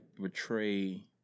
betray